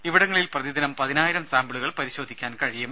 ഇവിടങ്ങളിൽ പ്രതിദിനം പതിനായിരം സാമ്പിളുകൾ പരിശോധിക്കാൻ കഴിയും